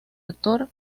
actor